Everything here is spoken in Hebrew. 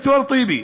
דוקטור טיבי,